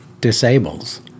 disables